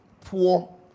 poor